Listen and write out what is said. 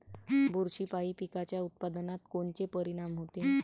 बुरशीपायी पिकाच्या उत्पादनात कोनचे परीनाम होते?